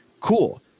Cool